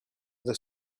the